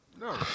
No